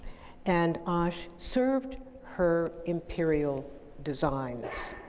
and asch served her imperial designs.